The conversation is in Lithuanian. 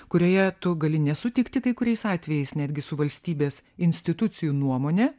kurioje tu gali nesutikti kai kuriais atvejais netgi su valstybės institucijų nuomone